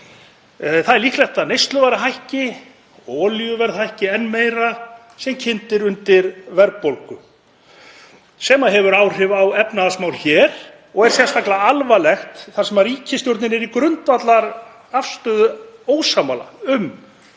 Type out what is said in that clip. Það er líklegt að neysluvörur hækki og olíuverð hækki enn meira, sem kyndir undir verðbólgu sem hefur áhrif á efnahagsmál hér og er sérstaklega alvarlegt þar sem ríkisstjórnin er í grundvallarafstöðu ósammála um hvernig